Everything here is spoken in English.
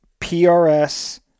PRS